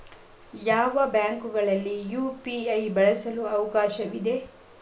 ಯಾವ ಬ್ಯಾಂಕುಗಳಲ್ಲಿ ಯು.ಪಿ.ಐ ಬಳಸಲು ಅವಕಾಶವಿದೆ?